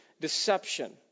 deception